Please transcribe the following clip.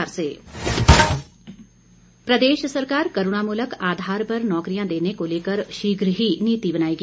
प्रश्नकाल प्रदेश सरकार करुणामूलक आधार पर नौकरियां देने को लेकर शीघ्र ही नीति बनाएगी